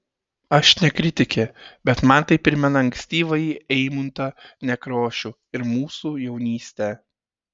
aš ne kritikė bet man tai primena ankstyvąjį eimuntą nekrošių ir mūsų jaunystę